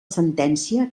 sentència